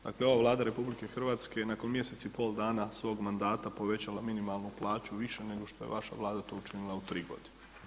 Dakle, ova Vlada RH je nakon mjesec i pol dana svog mandata povećala minimalnu plaću više nego što je to vaša Vlada učinila u tri godine.